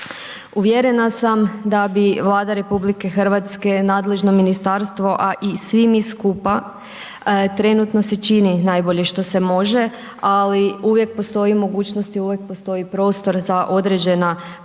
Uvjerena sam da bi Vlada RH, nadležno ministarstvo a i svi mi skupa trenutno se čini najbolje što se može ali uvijek postoji mogućnost i uvijek postoji prostor za određena poboljšanja